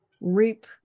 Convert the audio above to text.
reap